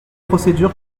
procédure